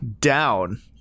Down